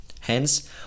Hence